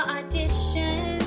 audition